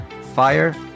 fire